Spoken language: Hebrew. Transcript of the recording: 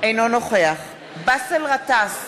אינו נוכח באסל גטאס,